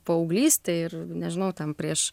paauglystėj ir nežinau tam prieš